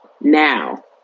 now